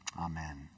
amen